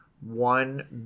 one